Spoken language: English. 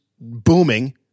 booming